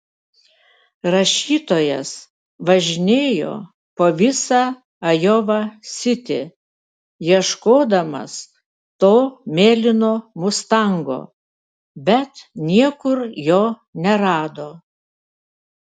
rašytojas važinėjo po visą ajova sitį ieškodamas to mėlyno mustango bet niekur jo nerado